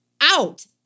out